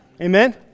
Amen